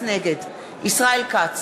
נגד ישראל כץ,